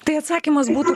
tai atsakymas būtų